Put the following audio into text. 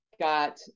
got